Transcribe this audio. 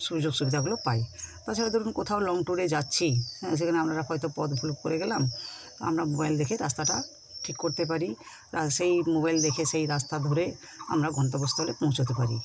সুযোগ সুবিধাগুলো পাই তাছাড়া ধরুন কোথাও লং ট্যুরে যাচ্ছি হ্যাঁ সেখানে হয়তো আমরা পথ ভুল করে গেলাম আমরা মোবাইল দেখে রাস্তাটা ঠিক করতে পারি সেই মোবাইল দেখে সেই রাস্তা ধরে আমরা গন্তব্যস্থলে পৌঁছাতে পারি